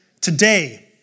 today